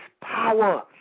power